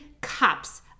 cups